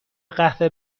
قهوه